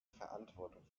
verantwortung